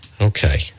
Okay